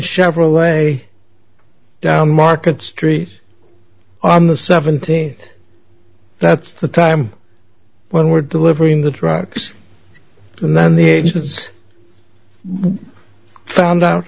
chevrolet down market street on the seventeenth that's the time when we're delivering the trucks and then the agents found out